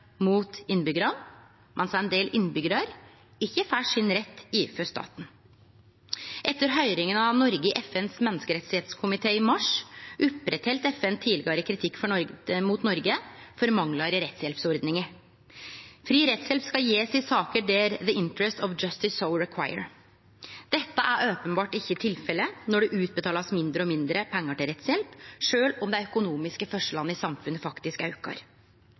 mot innbyggjarane, mens ein del innbyggjarar ikkje får sin rett overfor staten. Etter høyringa av Noreg i FNs menneskerettskomité i mars heldt FN ved lag tidlegare kritikk mot Noreg for manglar i rettshjelpsordninga. Fri rettshjelp skal gjevast i saker der «the interests of justice so require». Dette er openbert ikkje tilfelle når det blir utbetalt mindre og mindre pengar til rettshjelp, sjølv om dei økonomiske forskjellane i samfunnet faktisk aukar.